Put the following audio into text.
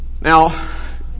Now